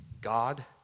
God